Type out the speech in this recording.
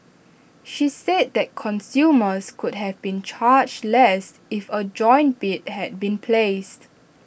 she said that consumers could have been charged less if A joint bid had been placed